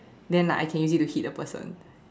then like I can use it to hit the person